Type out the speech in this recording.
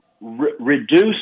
reduce